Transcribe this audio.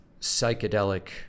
psychedelic